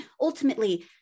ultimately